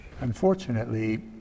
unfortunately